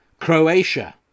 Croatia